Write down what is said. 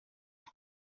els